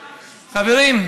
חברים,